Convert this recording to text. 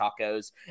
tacos